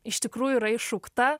iš tikrųjų yra iššaukta